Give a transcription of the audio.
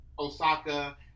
Osaka